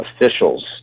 officials